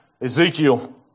Ezekiel